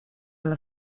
alla